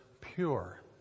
pure